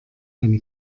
eine